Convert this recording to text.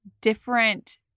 different